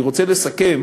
אני רוצה לסכם,